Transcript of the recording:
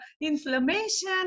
inflammation